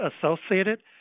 associated